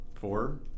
Four